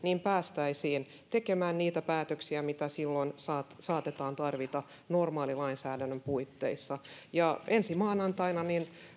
päästäisiin tekemään niitä päätöksiä mitä silloin saatetaan tarvita normaalilainsäädännön puitteissa ensi maanantaina